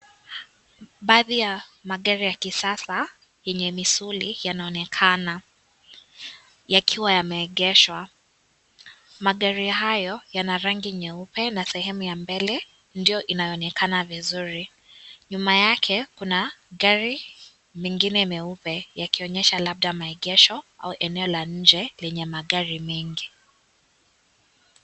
Baadhi ya magari ya kisasa yenye misuli yanaonekana yakiwa yameegeshwa. Magari haya yana rangi nyeupe na sehemu ya mbele ndio inayoonekana vizuri. Nyuma yake kuna gari lingine meupe yakionyesha labda maegesho au eneo la nje lenyeagari mengi.